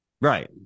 Right